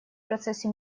процессе